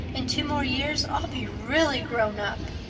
in two more years i'll be really grown up.